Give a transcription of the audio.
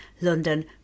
London